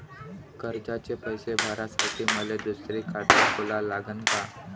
कर्जाचे पैसे भरासाठी मले दुसरे खाते खोला लागन का?